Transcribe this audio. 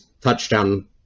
touchdown